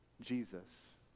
Jesus